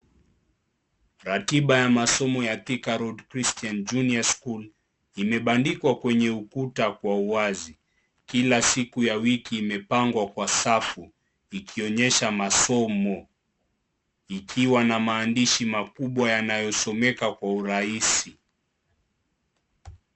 Ratiba ya masomo ya Thika road Christian Juniour School imebandikwa kwenye ukuta kwa uwazi. Kila siku ya wiki imepangwa kwa safu ikionyesha masomo , ikiwa na maandishi makubwa yanayosomeka kwa urahisi.